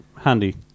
handy